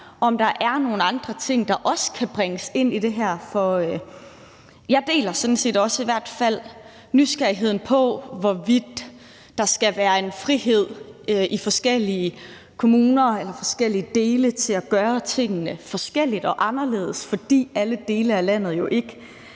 om der også er nogle andre ting, der kan bringes med ind i det her. For jeg deler sådan set i hvert fald også nysgerrigheden på, hvorvidt der skal være en frihed i de forskellige kommuner eller i de forskellige dele af landet til at gøre tingene forskelligt og anderledes, fordi alle dele af landet jo ikke